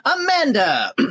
Amanda